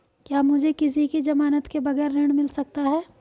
क्या मुझे किसी की ज़मानत के बगैर ऋण मिल सकता है?